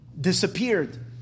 disappeared